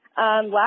Last